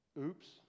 Oops